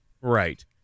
Right